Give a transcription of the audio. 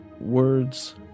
words